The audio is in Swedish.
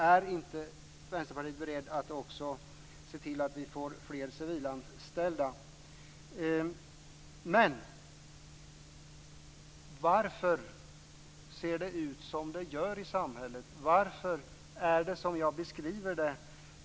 Är inte Vänsterpartiet berett att se till att vi också får fler civilanställda? Varför ser det ut som det gör i samhället? Varför är det som jag beskriver det?